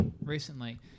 recently